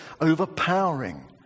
overpowering